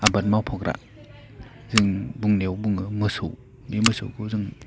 आबाद मावफाग्रा जों बुंनायाव बुङो मोसौ बे मोसौखौ जों